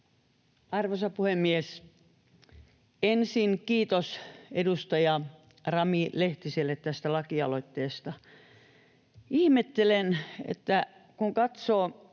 Arvoisa puhemies! Ensin kiitos edustaja Rami Lehtiselle tästä lakialoitteesta. Ihmettelen, kun katsoo